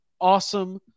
awesome